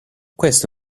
questo